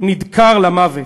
נדקר למוות.